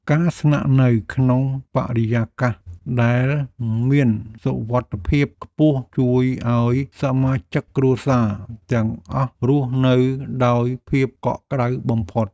ការស្នាក់នៅក្នុងបរិយាកាសដែលមានសុវត្ថិភាពខ្ពស់ជួយឱ្យសមាជិកគ្រួសារទាំងអស់រស់នៅដោយភាពកក់ក្តៅបំផុត។